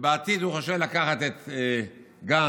ובעתיד הוא חושב לקחת את גנץ